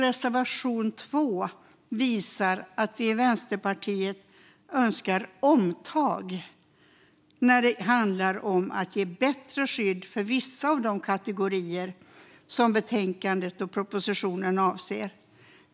Reservation 2 visar att vi i Vänsterpartiet önskar omtag när det handlar om att ge bättre skydd för vissa av de kategorier som betänkandet och propositionen avser.